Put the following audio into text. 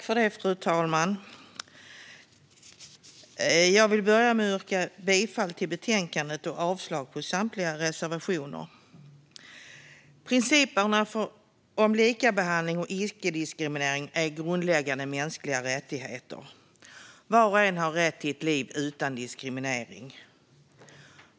Fru talman! Jag vill börja med att yrka bifall till förslaget i betänkandet och avslag på samtliga reservationer. Principerna om likabehandling och icke-diskriminering är grundläggande mänskliga rättigheter. Var och en har rätt till ett liv utan att diskrimineras.